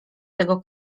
tego